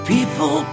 People